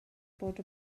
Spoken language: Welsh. bod